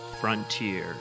frontier